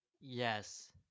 yes